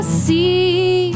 see